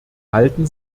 halten